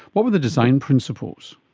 what were the design principles?